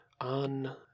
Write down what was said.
on